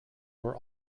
were